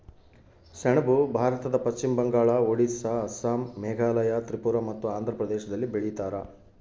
ಸೆಣಬು ಭಾರತದ ಪಶ್ಚಿಮ ಬಂಗಾಳ ಒಡಿಸ್ಸಾ ಅಸ್ಸಾಂ ಮೇಘಾಲಯ ತ್ರಿಪುರ ಮತ್ತು ಆಂಧ್ರ ಪ್ರದೇಶದಲ್ಲಿ ಬೆಳೀತಾರ